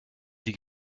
die